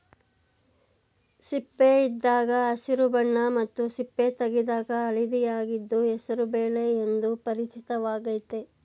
ಸಿಪ್ಪೆಯಿದ್ದಾಗ ಹಸಿರು ಬಣ್ಣ ಮತ್ತು ಸಿಪ್ಪೆ ತೆಗೆದಾಗ ಹಳದಿಯಾಗಿದ್ದು ಹೆಸರು ಬೇಳೆ ಎಂದು ಪರಿಚಿತವಾಗಯ್ತೆ